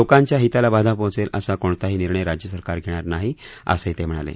लोकांच्या हिताला बाधा पोचेल असा कोणताही निर्णय राज्य सरकार घेणार नाही असंही ते म्हणाले